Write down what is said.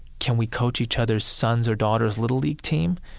can we coach each other's son's or daughter's little league team?